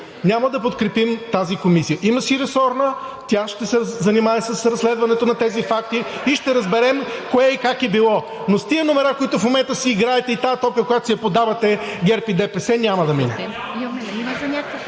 Няма да подкрепим тази комисия. Има си ресорна, тя ще се занимае с разследването на тези факти и ще разберем кое и как е било. (Реплики от ГЕРБ-СДС.) Но с тия номера, които в момента се играят, и тази топка, която си подавате ГЕРБ и ДПС – няма да мине!